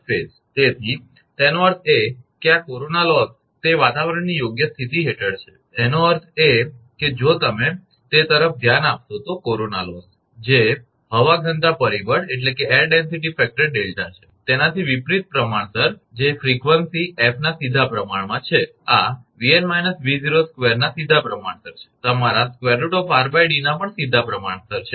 તેથી તેનો અર્થ એ કે આ કોરોના લોસ તે વાતાવરણની યોગ્ય સ્થિતિ હેઠળ છે એનો અર્થ એ કે જો તમે તે તરફ ધ્યાન આપશો તો કોરોના લોસ જે હવા ઘનતા પરિબળ 𝛿 છે તેનાથી વિપરિત પ્રમાણસર છે જે ફ્રિકવન્સી 𝑓 ના સીધા પ્રમાણમાં છે આ 𝑉𝑛 − 𝑉02 ના સીધા પ્રમાણસર છે અને તમારા √𝑟𝐷 ના પણ સીધા પ્રમાણસર છે